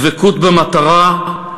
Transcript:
דבקות במטרה,